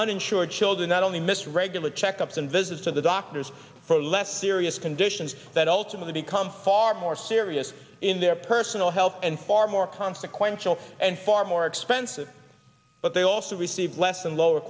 uninsured children not only missed regular checkups and visits to the doctors for less serious conditions that ultimately become far more serious in their personal health and far more consequential and far more expensive but they also received and lower